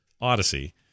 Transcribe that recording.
Odyssey